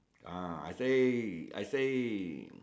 ah I say I say